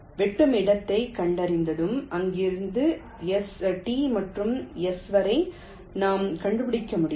வெட்டும் இடத்தைக் கண்டறிந்ததும் அங்கிருந்து T மற்றும் S வரை நாம் கண்டுபிடிக்க முடியும்